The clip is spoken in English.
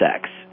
sex